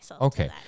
Okay